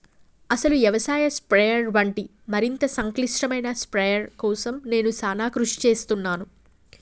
అసలు యవసాయ స్ప్రయెర్ వంటి మరింత సంక్లిష్టమైన స్ప్రయెర్ కోసం నేను సానా కృషి సేస్తున్నాను